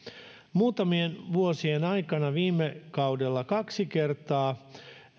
muutamien vuosien aikana viime kaudella kaksi kertaa